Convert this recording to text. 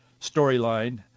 storyline